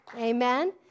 Amen